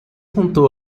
contou